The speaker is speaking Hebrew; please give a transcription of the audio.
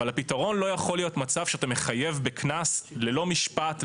אבל הפתרון לא יכול להיות מצב שאתה מחייב בקנס ללא משפט,